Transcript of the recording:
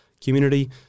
community